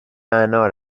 انار